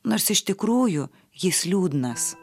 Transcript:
nors iš tikrųjų jis liūdnas